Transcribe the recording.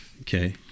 Okay